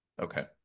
Okay